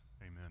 Amen